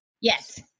Yes